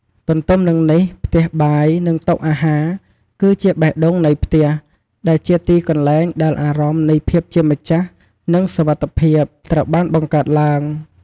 ទន្ទឹមនឹងនេះ ផ្ទះបាយ និងតុអាហារ គឺជា បេះដូងនៃផ្ទះ ដែលជាទីកន្លែងដែលអារម្មណ៍នៃភាពជាម្ចាស់ និង សុវត្ថិភាព ត្រូវបានបង្កើតឡើង។